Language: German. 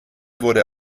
wurde